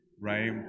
Right